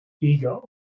ego